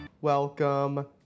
Welcome